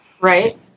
Right